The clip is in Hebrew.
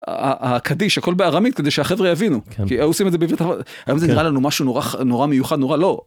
הקדיש, הכל בערמית, כדי שהחבר'ה יבינו, כי היו עושים את זה בעברית. היום זה נראה לנו משהו נורא מיוחד, נורא לא.